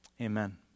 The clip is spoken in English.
Amen